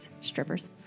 Strippers